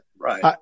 Right